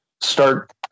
start